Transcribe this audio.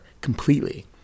completely